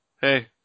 Hey